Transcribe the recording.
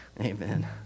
amen